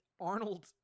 Arnold